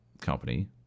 company